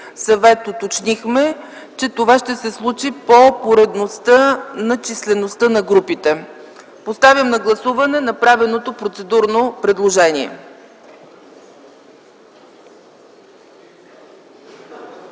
съвет уточнихме, че това ще се случи по поредността на числеността на групите. Моля, гласувайте направеното процедурно предложение.